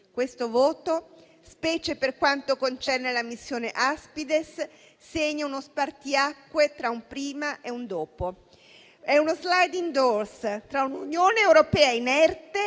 Questo voto, specie per quanto concerne la missione Aspides, segna uno spartiacque tra un prima e un dopo. È una *sliding door* tra un'Unione europea inerte